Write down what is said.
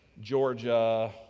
Georgia